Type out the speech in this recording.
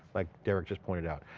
like derek just pointed out.